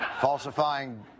falsifying